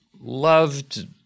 loved